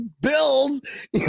bills